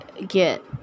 Get